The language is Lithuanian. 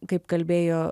kaip kalbėjo